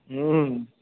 हूँ